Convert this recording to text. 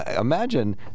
imagine